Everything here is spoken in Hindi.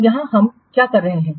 तो यहाँ हम क्या कर रहे हैं